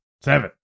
seven